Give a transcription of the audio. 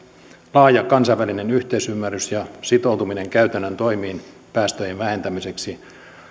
laaja kansainvälinen yhteisymmärrys ja sitoutuminen käytännön toimiin päästöjen vähentämiseksi